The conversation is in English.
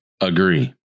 agree